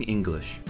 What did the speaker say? English